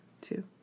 Two